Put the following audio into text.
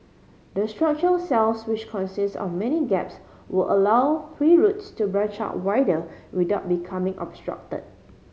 the structural cells which consist of many gaps would allow tree roots to branch out wider without becoming obstruct